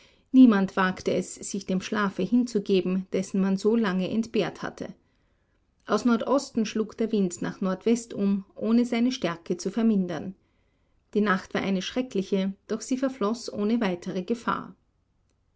niemand wagte es sich dem schlafe hinzugeben dessen man so lange entbehrt hatte aus nordosten schlug der wind nach nordwest um ohne seine stärke zu vermindern die nacht war eine schreckliche doch sie verfloß ohne weitere gefahr